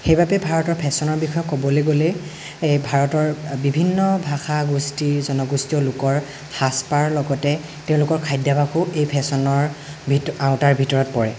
সেইবাবে ভাৰতৰ ফেশ্বনৰ বিষয়ে ক'বলৈ গ'লেই এ ভাৰতৰ বিভিন্ন ভাষা গোষ্ঠী জনগোষ্ঠীয় লোকৰ সাজপাৰৰ লগতে তেওঁলোকৰ খাদ্যাভাসো এই ফেশ্বনৰ ভিত আওঁতাৰ ভিতৰত পৰে